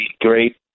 great